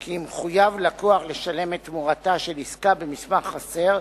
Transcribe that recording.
כי אם חויב לקוח לשלם את תמורתה של עסקה במסמך חסר,